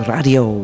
Radio